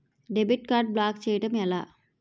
Debit card block చేయటం ఎలా?